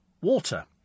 water